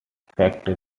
factory